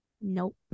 Nope